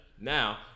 Now